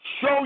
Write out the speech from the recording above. show